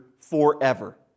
forever